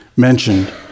mentioned